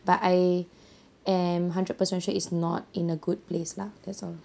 but I am hundred per cent sure it's not in a good place lah that's all